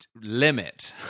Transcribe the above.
limit